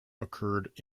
occurred